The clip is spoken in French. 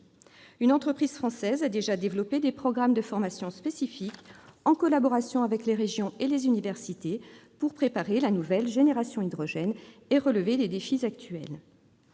Une entreprise française a déjà développé des programmes de formation spécifiques, en collaboration avec les régions et les universités, pour préparer la nouvelle « génération hydrogène » et relever les défis actuels.